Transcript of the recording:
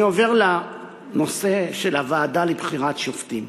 אני עובר לנושא של הוועדה לבחירת שופטים.